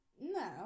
No